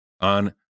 on